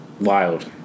wild